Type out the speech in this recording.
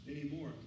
Anymore